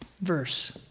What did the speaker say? verse